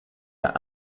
naar